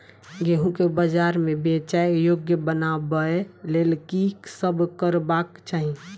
गेंहूँ केँ बजार मे बेचै योग्य बनाबय लेल की सब करबाक चाहि?